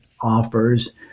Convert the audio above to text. offers